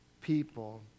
people